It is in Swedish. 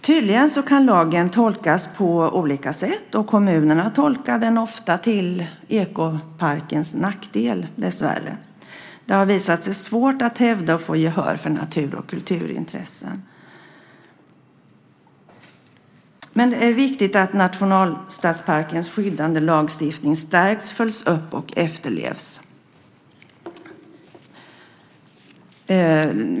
Tydligen kan lagen tolkas på olika sätt. Kommunerna tolkar den ofta, dessvärre, till ekoparkens nackdel. Det har visat sig svårt att hävda och få gehör för natur och kulturintressen. Det är viktigt att nationalstadsparkens skyddande lagstiftning stärks, följs upp och efterlevs.